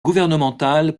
gouvernementales